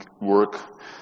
work